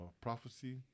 Prophecy